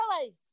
place